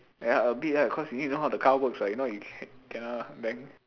ya a bit ah cause you need to know how the car works right if not you kena bang